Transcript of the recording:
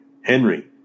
Henry